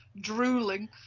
Drooling